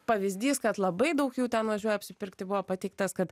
pavyzdys kad labai daug jų ten važiuoja apsipirkti buvo pateiktas kad